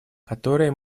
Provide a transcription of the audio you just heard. которая